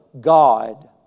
God